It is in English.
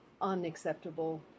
unacceptable